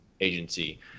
agency